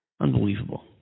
Unbelievable